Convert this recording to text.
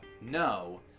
no